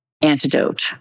antidote